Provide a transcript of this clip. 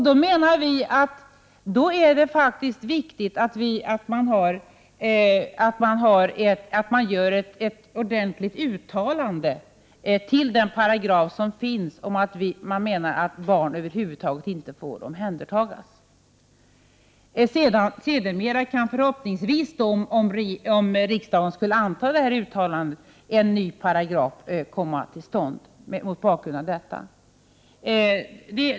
Då menar vi att det är viktigt att man gör ett 73 Sedermera kan förhoppningsvis, om riksdagen skulle anta uttalandet, en ny paragraf komma till stånd mot bakgrund av detta.